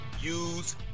use